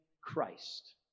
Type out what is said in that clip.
Christ